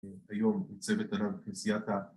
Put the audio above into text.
‫היום צוות ארם כנסיית ה...